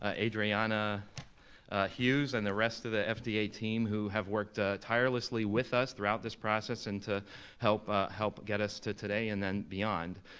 ah adriana hughes, and the rest of the fda team who have worked tirelessly with us throughout this process and to help ah help get us to today and then beyond.